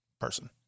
person